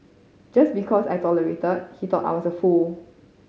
just because I tolerated he thought I was a fool